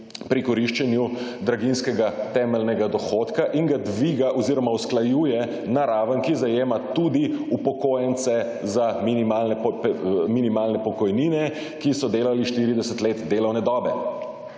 pri koriščanju draginjskega temeljnega dohodka in ga dviga oziroma usklajuje na raven, ki zajema tudi upokojence za minimalne pokojnine, ki so delali 40. let delovne dobe